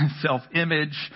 self-image